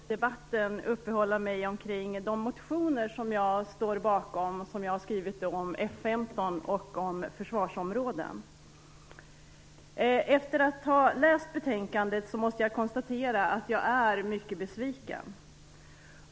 Fru talman! Jag tänker att i den här långa försvarsdebatten uppehålla mig vid de motioner som jag står bakom och som jag skrivit om F 15 och om försvarsområden. Efter ett ha läst betänkandet måste jag konstatera att jag är mycket besviken.